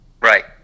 Right